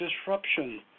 disruption